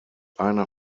einer